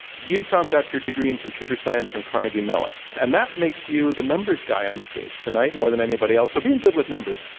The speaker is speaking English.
you, tom, got your degree in computer science from carnegie mellon. and that makes you the numbers guy on the stage tonight, more than anybody else. so being good with numbers